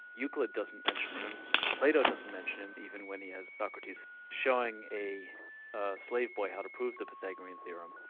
euclid doesn't mention him plato doesn't mention him, even when he has socrates showing a slave boy how to prove the pythagorean theorem.